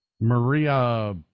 Maria